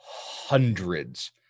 hundreds